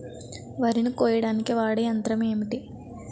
వరి ని కోయడానికి వాడే యంత్రం ఏంటి?